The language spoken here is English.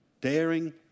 Daring